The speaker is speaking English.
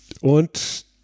Und